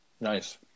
Nice